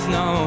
no